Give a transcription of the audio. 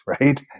right